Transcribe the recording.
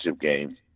game